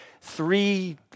three